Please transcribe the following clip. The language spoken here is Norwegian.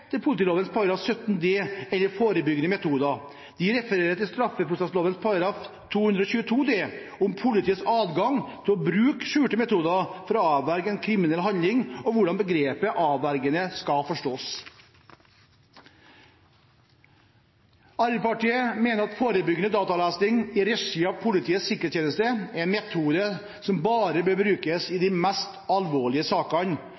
ikke til politiloven § 17 d eller forebyggende metoder, de refererer til straffeprosessloven § 222 d, om politiets adgang til å bruke skjulte metoder for å avverge en kriminell handling og hvordan begrepet «avvergende» skal forstås. Arbeiderpartiet mener at forebyggende dataavlesning i regi av Politiets sikkerhetstjeneste er en metode som bare bør brukes i de mest alvorlige sakene,